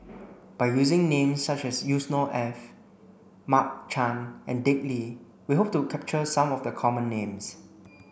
by using names such as Yusnor Ef Mark Chan and Dick Lee we hope to capture some of the common names